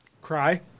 Cry